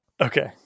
Okay